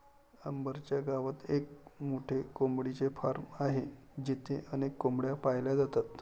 अंबर च्या गावात एक मोठे कोंबडीचे फार्म आहे जिथे अनेक कोंबड्या पाळल्या जातात